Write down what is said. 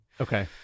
Okay